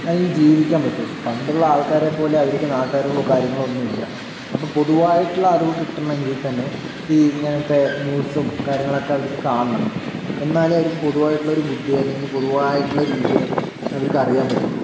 അല്ലെങ്കിൽ ജീവിക്കാൻ പറ്റുകയുള്ളൂ പണ്ടുള്ള ആൾക്കാരെ പോലെ അവർക്ക് നാട്ടറിവോ കാര്യങ്ങളോ ഒന്നുമില്ല അപ്പോൾ പൊതുവായിട്ടുള്ള അറിവ് കിട്ടണമെങ്കിൽ തന്നെ ഈ ഇങ്ങനത്തെ ന്യൂസും കാര്യങ്ങളൊക്കെ അവർക്ക് കാണണം എന്നാലേ അവർക്ക് പൊതുവായിട്ടുള്ള ഒരു ബുദ്ധി അല്ലെങ്കിൽ പൊതുവായിട്ടുള്ള ഒരു വിവരം അവർക്ക് അറിയാൻ പറ്റുകയുള്ളൂ